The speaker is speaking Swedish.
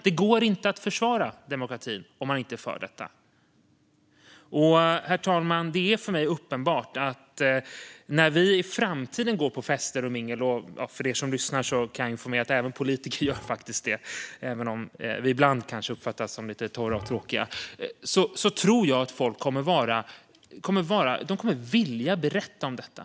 Det går inte att försvara demokratin om man inte är för detta. Herr talman! Det är för mig uppenbart att när vi i framtiden går på fester och mingel - till er som lyssnar kan jag framföra att även politiker faktiskt gör det, även om vi ibland kanske uppfattas som lite torra och tråkiga - kommer folk att vilja berätta om detta.